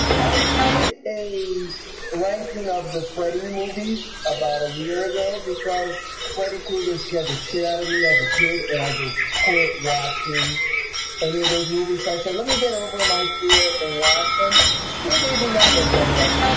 i did a ranking of the freddy movies about a year ago because freddy krueger scared the shit out of me as a kid and i just quit watching any of those movies i said let me get over my fear and watch him still gave me nightmares, by the way